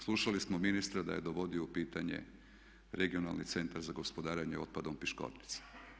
Slušali smo ministra da je dovodio u pitanje Regionalni centar za gospodarenje otpadom Piškorica.